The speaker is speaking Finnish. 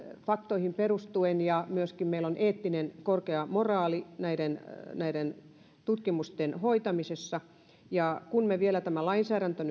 faktoihin perustuvia ja meillä on myöskin eettisesti korkea moraali näiden näiden tutkimusten hoitamisessa ja nyt kun vielä toimeenpannaan tämä lainsäädäntö